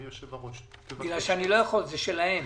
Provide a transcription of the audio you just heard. זה שלהם.